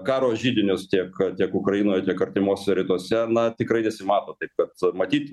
karo židinius tiek tiek ukrainoj tiek artimuose rytuose na tikrai nesimato taip kad matyt